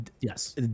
Yes